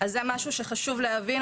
אז זה משהו שחשוב להבין.